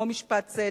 כמו משפט צדק.